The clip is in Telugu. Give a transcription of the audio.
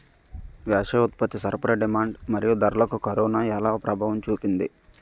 వ్యవసాయ ఉత్పత్తి సరఫరా డిమాండ్ మరియు ధరలకు కరోనా ఎలా ప్రభావం చూపింది